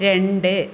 രണ്ട്